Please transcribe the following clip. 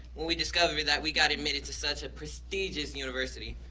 when we discovered that we got admitted to such a prestigious university.